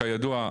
כידוע,